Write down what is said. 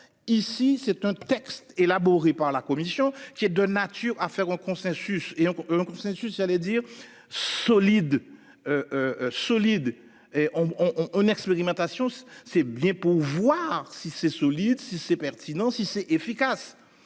Ici c'est un texte élaboré par la commission qui est de nature à faire un consensus et un consensus, j'allais dire solide. Solide et on on expérimentation. C'est bien pour voir si c'est solide, si c'est pertinent si c'est efficace